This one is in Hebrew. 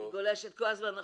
היא גולשת כל הזמן החוצה.